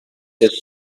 his